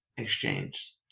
exchange